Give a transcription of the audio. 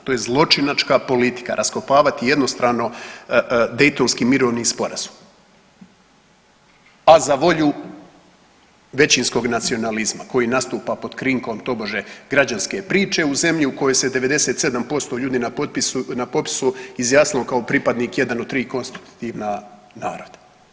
To je zločinačka politika raskopavati jednostrano Dejtonski mirovni sporazum, a za volju većinskog nacionalizma koji nastupa pod krinkom tobože građanske priče u zemlji u kojoj se 97% ljudi na popisu izjasnilo kao pripadnik jedan od 3 konstitutivna naroda.